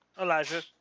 Elijah